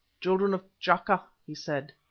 children of t'chaka, he said,